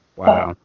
wow